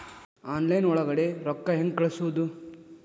Online ಒಳಗಡೆ ರೊಕ್ಕ ಹೆಂಗ್ ಕಳುಹಿಸುವುದು?